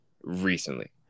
recently